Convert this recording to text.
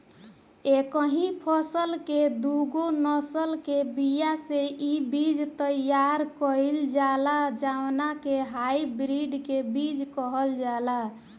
एकही फसल के दूगो नसल के बिया से इ बीज तैयार कईल जाला जवना के हाई ब्रीड के बीज कहल जाला